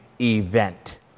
event